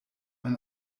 ein